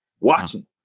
watching